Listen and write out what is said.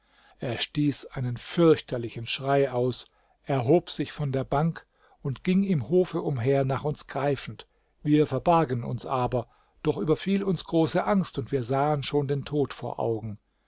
er stieß einen fürchterlichen schrei aus erhob sich von der bank und ging im hofe umher nach uns greifend wir verbargen uns aber doch überfiel uns große angst und wir sahen schon den tod vor augen